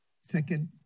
Second